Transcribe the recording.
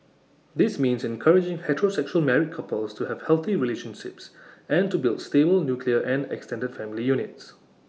this means encouraging heterosexual married couples to have healthy relationships and to build stable nuclear and extended family units